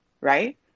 right